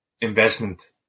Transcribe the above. investment